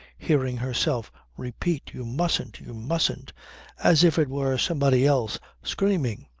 hearing herself repeat you mustn't, you mustn't as if it were somebody else screaming.